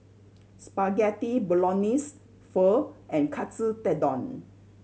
Spaghetti Bolognese Pho and Katsu Tendon